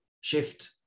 Shift